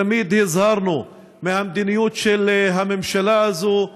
תמיד הזהרנו מהמדיניות של הממשלה הזו,